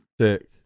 Sick